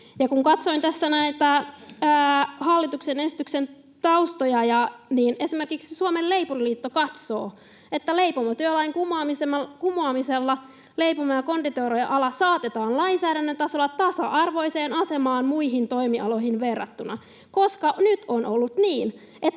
näitä hallituksen esityksen taustoja, niin esimerkiksi Suomen Leipuriliitto katsoo, että leipomotyölain kumoamisella leipomo- ja konditoria-ala saatetaan lainsäädännön tasolla tasa-arvoiseen asemaan muihin toimialoihin verrattuna, koska nyt on ollut niin,